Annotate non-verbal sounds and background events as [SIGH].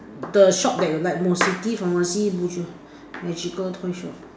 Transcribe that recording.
the shop that you liked most city pharmacy [NOISE] magical toy shop